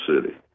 City